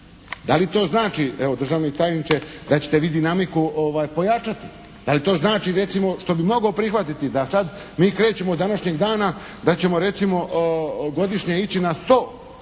Da li to znači, evo državni tajniče da ćete vi dinamiku pojačati? Da li to znači recimo, što bih mogao prihvatiti da sad mi krećemo s današnjeg dana, da ćemo recimo godišnje ići na 100